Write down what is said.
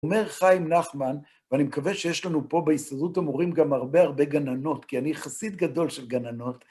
אומר חיים נחמן, ואני מקווה שיש לנו פה בהסתדרות המורים גם הרבה הרבה גננות, כי אני חסיד גדול של גננות.